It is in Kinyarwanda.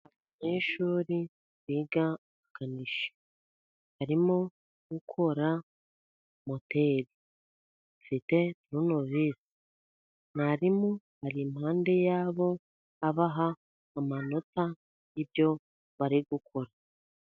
Abanyeshuri biga ubukanishi, barimo gukora moteri. Bafite turunovise. Mwarimu ari impande yabo, abaha amanota y' ibyo bari gukora.